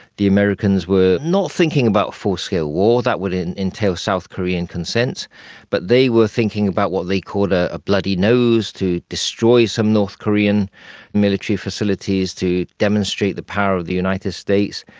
the americans were not thinking about full-scale war that would entail south korean consent but they were thinking about what they called a bloody nose, to destroy some north korean military facilities, to demonstrate the power of the united states.